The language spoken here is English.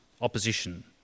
Opposition